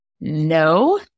No